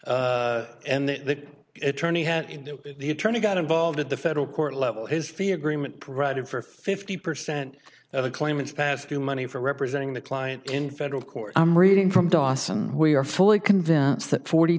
had the attorney got involved at the federal court level his fee agreement provided for fifty percent of the claimants passthrough money for representing the client in federal court i'm reading from dawson we are fully convinced that forty